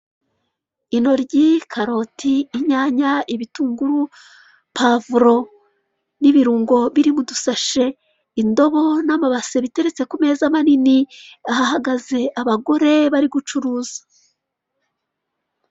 Intoryi, karoti, inyanya, ibitunguru, pavuro, n'ibirungo biri budusashe indobo n'amabaseri biteretse ku meza manini ahahagaze abagore bari gucuruza.